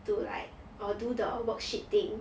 to like or do the worksheet thing